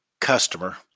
customer